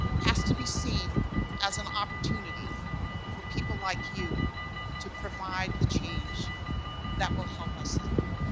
has to be seen as an opportunity for people like you to provide the change that will help us through.